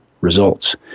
results